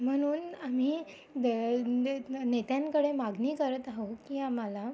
म्हणून आम्ही नेत्यांकडे मागणी करत आहोत की आम्हाला